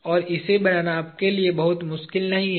और इसे बनाना आपके लिए बहुत मुश्किल नहीं है